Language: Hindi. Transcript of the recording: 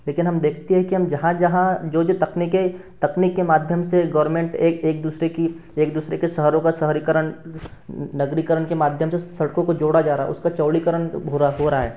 लेकिन हम देखते हैं कि हम जहाँ जहाँ जो ये तकनीकें तकनीक के माध्यम से गवरमेंट एक एक दूसरे की एक दूसरे के शहरों का शहरीकरण नगरीकरण के माध्यम से सड़कों को जोड़ा जा रहा है उसका चौड़ीकरण हो रहा हो रहा है